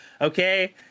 Okay